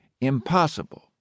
impossible